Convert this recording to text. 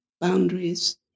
boundaries